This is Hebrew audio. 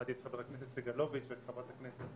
שמעתי את חבר הכנסת סגלוביץ' ואת חברת הכנסת,